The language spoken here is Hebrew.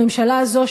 הממשלה הזו,